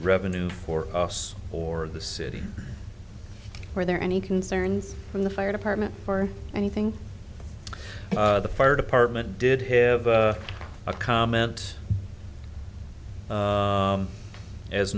revenue for us or the city are there any concerns from the fire department or anything the fire department did have a comment